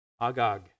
Agag